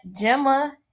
Gemma